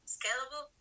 scalable